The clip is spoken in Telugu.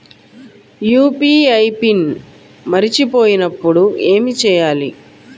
యూ.పీ.ఐ పిన్ మరచిపోయినప్పుడు ఏమి చేయాలి?